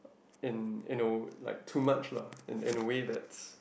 in you know like too much lah in in a way that's